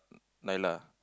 Naila lah